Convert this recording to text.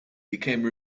became